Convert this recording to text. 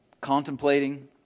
contemplating